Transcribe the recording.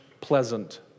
pleasant